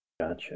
gotcha